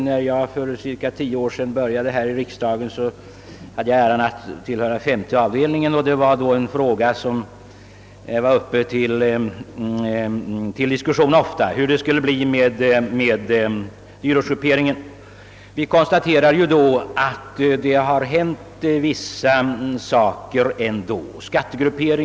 När jag för cirka tio år sedan kom hit till riksdagen, hade jag äran tillhöra statsutskottets femte avdelning, och då var dyrortsgrupperingsfrågan ofta uppe till behandling. Vi kan nu konstatera att det ändå har hänt en del sedan dess.